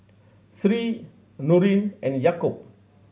Sri Nurin and Yaakob